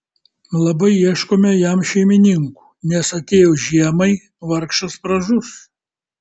labai ieškome jam šeimininkų nes atėjus žiemai vargšas pražus